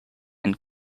and